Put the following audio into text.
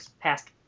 past